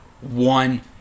one